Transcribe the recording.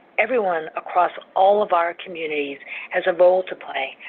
everyone across all of our communities has a role to play.